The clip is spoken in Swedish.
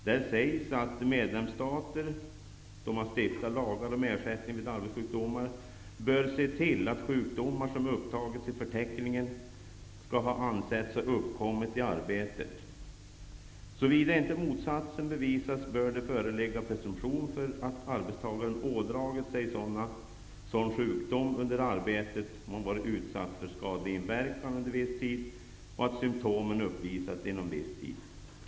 Där sägs att medlemsstater, då de stiftar lagar om ersättning vid arbetssjukdomar, bör se till att sjukdomar som har upptagits i förteckningen skall ha ansetts ha uppkommit i arbetet. Såvida inte motsatsen bevisas bör det föreligga presumtion för att arbetstagaren ådragit sig sådan sjukdom under arbetet om han har varit utsatt för skadlig inverkan under viss tid och att symtomen uppvisats inom viss tid.